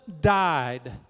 died